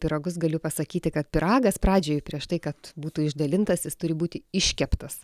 pyragus galiu pasakyti kad pyragas pradžioj prieš tai kad būtų išdalintas jis turi būti iškeptas